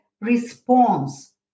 response